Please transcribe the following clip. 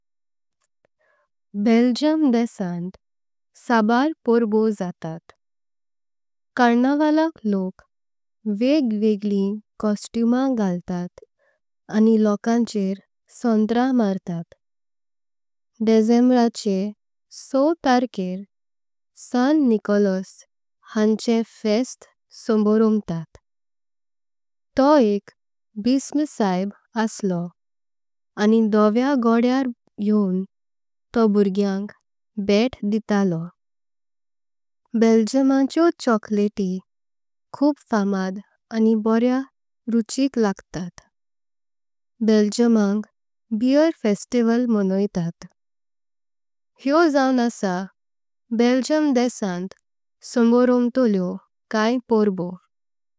बेल्जियम देशांत साऱय़ा पोरबो जातात। कार्नावलाक लोक वेगवेगळीं कोसतूमां। घालतात आनी लोकांचेर सॉंत्र मारतात। डिसेंबराचे सव तारखे सांत निकोलास। हांचे फेस्त समारंभतात तो एक बिसप। सायब असलो आनी धोवेया घोड्यार येवून। तो भुर्ग्यांक भेट दितलो बेल्जियमाच्या। चॉकलेटीं खुब फामाद आनी बोरें रुचीक। लागतात बेल्जियं लाख बियर फेस्टिव्हल। मनायतात हे जाऊं असा बेल्जियम। देशांत समारंभत आले काई पोरबो।